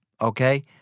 Okay